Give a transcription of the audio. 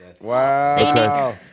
Wow